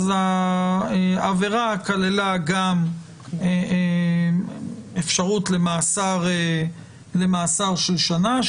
כללה גם אפשרות למאסר של שנה,